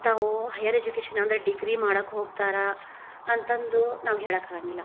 ತಾವು higher education ಅಂದರೆ degree ಮಾಡಕ್ಕೆ ಹೋಗ್ತಾರೆ ಅಂತಂದು ನಾವು ಹೇಳೋಕಾಗಂಗಿಲ್ಲ